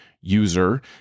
user